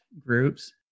groups